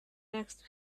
next